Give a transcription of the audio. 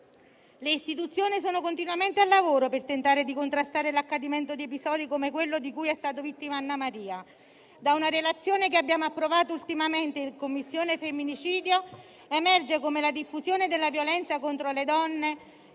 Le istituzioni sono continuamente al lavoro per tentare di contrastare l'accadimento di episodi come quello di cui è stata vittima Annamaria. Da una relazione che abbiamo approvato ultimamente in Commissione femminicidio emerge come la diffusione della violenza contro le donne